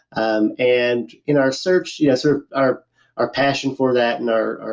um and in our search, yeah so our our passion for that and our our